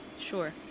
sure